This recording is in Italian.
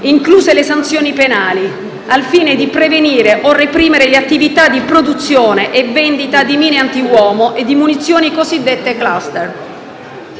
incluse le sanzioni penali, al fine di prevenire o reprimere le attività di produzione e vendita di mine antiuomo e di munizioni cosiddette *cluster*.